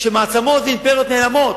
שמעצמות ואימפריות נעלמות,